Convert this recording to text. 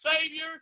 Savior